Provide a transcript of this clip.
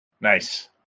Nice